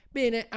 bene